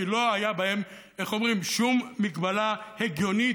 כי לא הייתה בהן שום הגבלה הגיונית